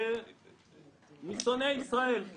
משונאי ישראל.